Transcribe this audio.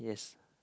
yes